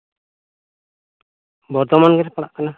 ᱵᱚᱨᱫᱷᱚᱢᱟᱱ ᱜᱮᱞᱮ ᱯᱟᱲᱟᱜ ᱠᱟᱱᱟ